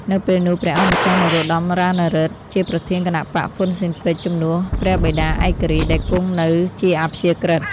នៅពេលនោះព្រះអង្គម្ចាស់នរោត្តមរណឫទ្ធិ ជាប្រធានគណបក្សហ៊ុនស៊ិនប៉ិចជំនួសព្រះបិតាឯករាជ្យដែលគង់នៅជាអព្យាក្រឹត្យ។